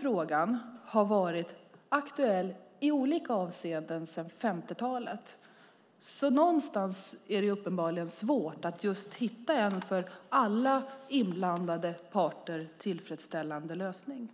Frågan har varit aktuell i olika avseenden sedan 50-talet. Någonstans är det svårt att hitta en för alla inblandade parter tillfredsställande lösning.